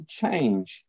change